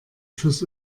fürs